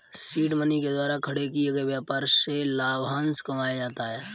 seed money के द्वारा खड़े किए गए व्यापार से लाभांश कमाया जाता है